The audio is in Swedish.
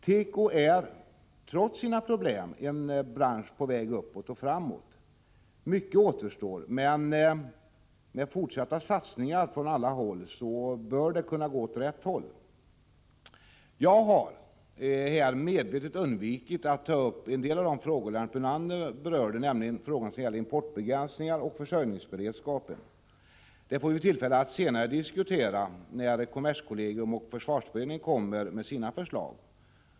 Teko är, trots sina problem, en bransch på väg uppåt och framåt. Mycket återstår men med fortsatta gemensamma satsningar bör det kunna gå åt rätt håll. Jag har här medvetet undvikit att ta upp en del av de frågor som Lennart Brunander berörde, nämligen frågor om importbegränsningar och försörjningsberedskap. Det får vi tillfälle att diskutera senare, när kommerskollegium och försvarsberedningen kommer med sina förslag.